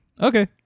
Okay